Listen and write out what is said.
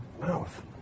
mouth